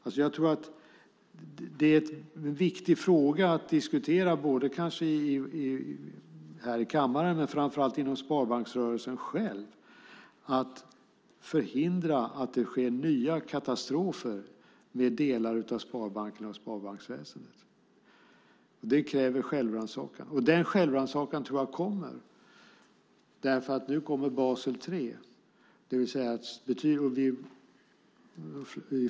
Det här är en viktig fråga att diskutera både här i kammaren och framför allt inom sparbanksrörelsen själv för att förhindra att det sker nya katastrofer med delar av sparbankerna och sparbanksväsendet. Det kräver självrannsakan, och den självrannsakan tror jag kommer därför att nu kommer Basel 3, det vill säga strängare kapitalkrav.